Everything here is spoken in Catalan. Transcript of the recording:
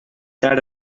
tard